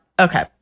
okay